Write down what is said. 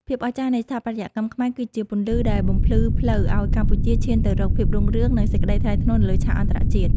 ភាពអស្ចារ្យនៃស្ថាបត្យកម្មខ្មែរគឺជាពន្លឺដែលបំភ្លឺផ្លូវឱ្យកម្ពុជាឈានទៅរកភាពរុងរឿង និង សេចក្តីថ្លៃថ្នូរនៅលើឆាកអន្តរជាតិ។